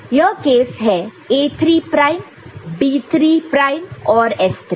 यह कैस है A3 prime B3 prime और S3